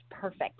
perfect